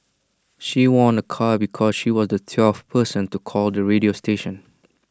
she won A car because she was the twelfth person to call the radio station